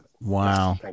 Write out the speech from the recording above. Wow